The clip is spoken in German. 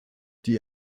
die